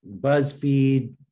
buzzfeed